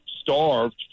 starved